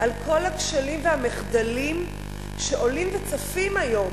את כל הכשלים והמחדלים שעולים וצפים היום,